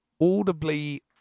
audibly